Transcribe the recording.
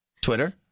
Twitter